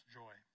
joy